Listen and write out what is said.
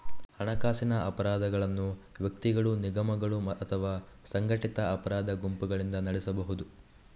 ಹಣಕಾಸಿನ ಅಪರಾಧಗಳನ್ನು ವ್ಯಕ್ತಿಗಳು, ನಿಗಮಗಳು ಅಥವಾ ಸಂಘಟಿತ ಅಪರಾಧ ಗುಂಪುಗಳಿಂದ ನಡೆಸಬಹುದು